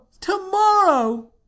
Tomorrow